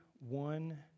One